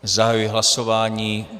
Zahajuji hlasování.